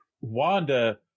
Wanda